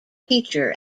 teacher